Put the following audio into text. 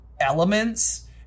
elements